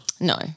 No